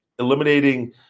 eliminating